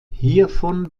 hiervon